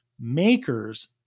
makers